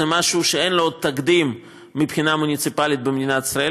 זה משהו שאין לו תקדים מבחינה מוניציפלית במדינת ישראל,